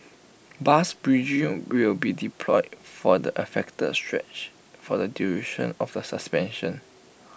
bus bridging will be deployed for the affected stretch for the duration of the suspension